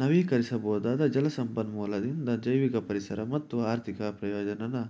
ನವೀಕರಿಸಬೊದಾದ ಜಲ ಸಂಪನ್ಮೂಲದಿಂದ ಜೈವಿಕ ಪರಿಸರ ಮತ್ತು ಆರ್ಥಿಕ ಪ್ರಯೋಜನನ